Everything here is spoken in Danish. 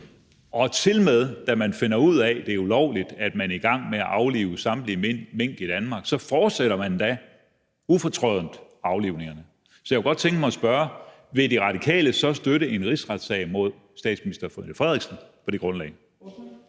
Og tilmed, da man finder ud af, at det er ulovligt, at man er i gang med at aflive samtlige mink i Danmark, fortsætter man ufortrødent aflivningerne. Så jeg kunne godt tænke mig at spørge: Vil De Radikale støtte en rigsretssag mod statsminister Mette Frederiksen på det grundlag?